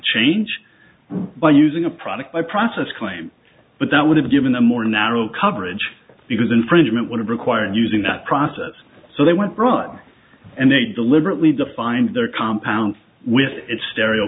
change by using a product by process claim but that would have given a more narrow coverage because infringement would have required using that process so they went broader and they deliberately defined their compounds with its stereo